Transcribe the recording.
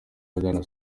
ahagana